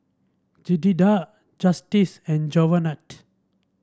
Jedidiah Justice and Javonte